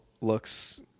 looks